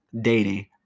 dating